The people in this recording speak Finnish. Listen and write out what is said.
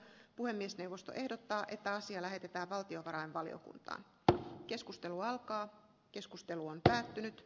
puhemiesneuvosto ehdottaa että asia lähetetään valtiovarainvaliokunta keskustelu alkaa keskustelu on päättynyt